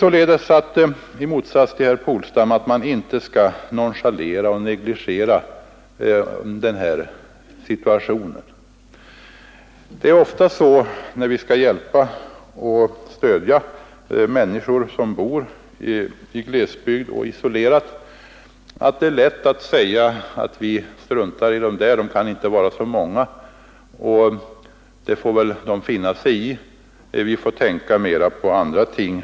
I motsats till herr Polstam anser jag att man inte skall nonchalera och negligera dessa människors situation. När vi skall hjälpa och stödja människor som bor isolerat eller i glesbygder är det ofta lätt att säga att vi får lov att strunta i dem — de kan inte vara så många — och det får de finna sig i. Vi måste i stället tänka mer på andra ting.